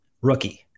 rookie